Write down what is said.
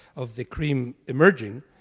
of the cream emerging,